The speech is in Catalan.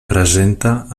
presenta